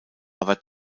aber